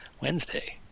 wednesday